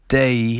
day